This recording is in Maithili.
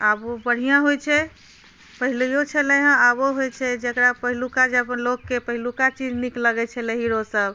आबो बढ़िआँ होइ छै पहिलैओ छलै हँ आबो होइ छै जकरा पहिलुका जमानाके लोकके पहिलुका चीज नीक लगै छलै हीरोसब